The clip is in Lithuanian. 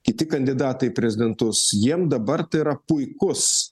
kiti kandidatai į prezidentus jiem dabar tai yra puikus